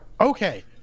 okay